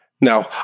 Now